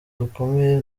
dukomeye